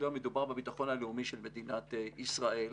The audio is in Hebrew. יום מדובר בביטחון הלאומי של מדינת ישראל,